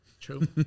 true